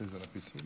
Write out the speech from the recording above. התשפ"ד